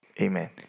Amen